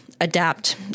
adapt